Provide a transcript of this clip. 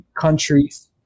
Countries